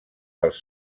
pels